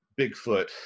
bigfoot